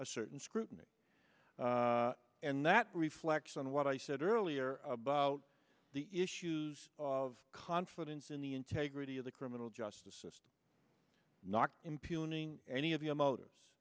a certain scrutiny and that reflects on what i said earlier about the issues of confidence in the integrity of the criminal justice system not impugning any of your motives